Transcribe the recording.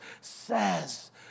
says